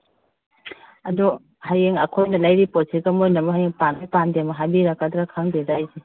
ꯑꯗꯣ ꯍꯌꯦꯡ ꯑꯩꯈꯣꯏꯅ ꯂꯩꯔꯤ ꯄꯣꯠꯁꯤꯒ ꯃꯣꯏꯅ ꯑꯃꯨꯛ ꯍꯦꯌꯡ ꯄꯥꯝꯃꯤ ꯄꯥꯝꯗꯦ ꯑꯃꯨꯛ ꯍꯥꯏꯕꯤꯔꯛꯀꯗ꯭ꯔꯥ ꯈꯪꯗꯦꯗ ꯑꯩꯁꯦ